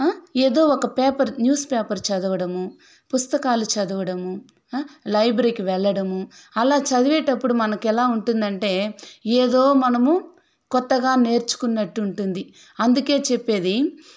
ఏదో ఒక paper news paper చదవడము పుస్తకాలు చదవడము లైబ్రరీకి వెళ్లడము అలా చదివేటప్పుడు మనకి ఎలా ఉంటుందంటే ఏదో మనము కొత్తగా నేర్చుకున్నట్టు ఉంటుంది అందుకే చెప్పేది